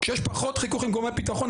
כשיש פחות חיכוך עם גורמי ביטחון,